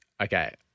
Okay